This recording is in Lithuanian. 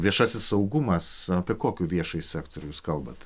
viešasis saugumas apie kokį viešąjį sektorių jūs kalbat